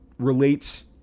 relates